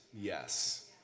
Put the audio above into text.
yes